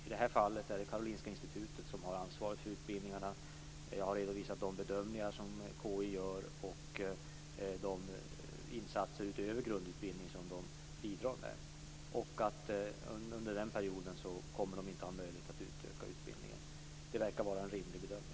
I det här fallet är det KI som har ansvaret för utbildningarna. Jag har redovisat de bedömningar som KI gör och de insatser utöver grundutbildning som de bidrar med. Under den period som det gäller kommer de inte att ha möjlighet att utöka utbildningen. Det verkar vara en rimlig bedömning.